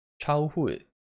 Childhood